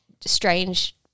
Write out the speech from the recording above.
strange